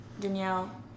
Danielle